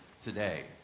today